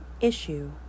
Issue